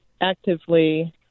actively